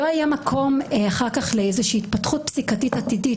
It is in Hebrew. לא יהיה מקום אחר כך לאיזושהי התפתחות פסיקתית עתידית